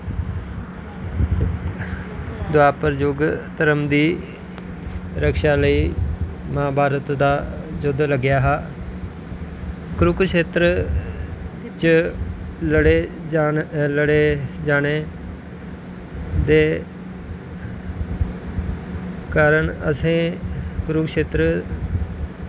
दोआपर युग धर्म दी रक्षा लेई महाभारत दा युद्ध लग्गेआ हा कुरुखेतर च लड़े लड़े जाने दे कारण असें कुरुखेतर